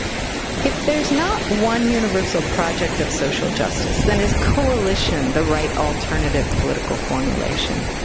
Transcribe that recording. if there's not one universal project of social justice, then is coalition the right alternative political formulation?